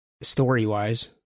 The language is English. story-wise